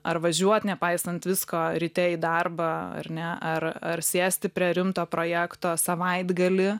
ar važiuot nepaisant visko ryte į darbą ar ne ar ar sėsti prie rimto projekto savaitgalį